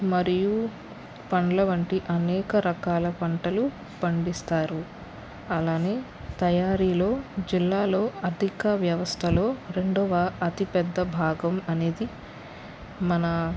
మరియు పండ్ల వంటి అనేక రకాల పంటలు పండిస్తారు అలానే తయారీలో జిల్లాలో అధిక వ్యవస్థలో రెండవ అతిపెద్ద భాగం అనేది మన